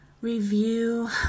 review